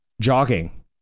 jogging